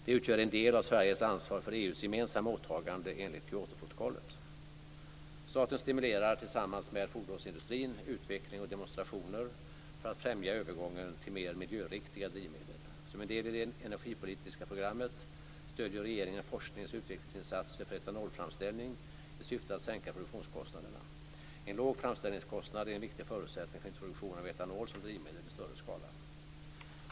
Det utgör en del av Sveriges ansvar för EU:s gemensamma åtagande enligt Kyotoprotokollet. Staten stimulerar tillsammans med fordonsindustrin utveckling och demonstrationer för att främja övergången till mer miljöriktiga drivmedel. Som en del i det energipolitiska programmet stöder regeringen forsknings och utvecklingsinsatser för etanolframställning i syfte att sänka produktionskostnaderna. En låg framställningskostnad är en viktig förutsättning för introduktion av etanol som drivmedel i större skala.